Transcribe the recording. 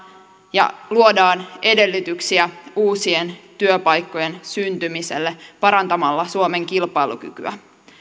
ja luodaan edellytyksiä uusien työpaikkojen syntymiselle parantamalla suomen kilpailukykyä